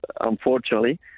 unfortunately